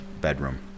bedroom